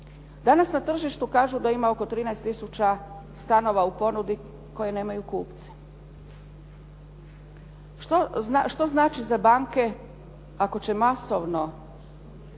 Danas na tržištu kažu da ima oko 13000 stanova u ponudi koje nemaju kupce. Što znači za banke ako će masovno